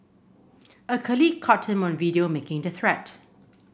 a colleague caught him on video making the threat